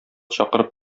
чакырып